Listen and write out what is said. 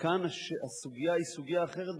כאן הסוגיה היא סוגיה אחרת בכלל.